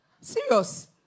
Serious